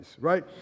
Right